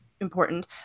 important